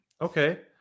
Okay